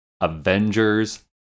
Avengers